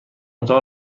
اتاق